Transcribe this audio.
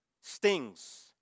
stings